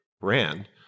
brand